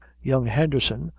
young henderson,